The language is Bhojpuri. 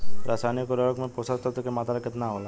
रसायनिक उर्वरक मे पोषक तत्व के मात्रा केतना होला?